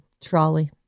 Trolley